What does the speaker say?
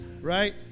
Right